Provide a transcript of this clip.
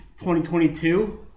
2022